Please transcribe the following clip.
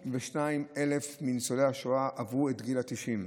32,000 מניצולי השואה עברו את גיל ה-90,